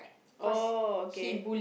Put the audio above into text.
oh okay